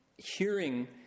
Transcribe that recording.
Hearing